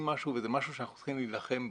משהו וזה משהו שאנחנו צריכים להילחם בו.